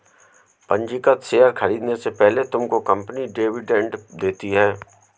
पंजीकृत शेयर खरीदने से पहले तुमको कंपनी डिविडेंड देती है